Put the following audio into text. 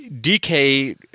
DK